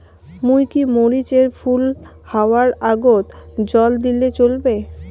মুই কি মরিচ এর ফুল হাওয়ার আগত জল দিলে চলবে?